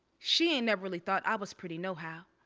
she ain't never really thought i was pretty nohow, how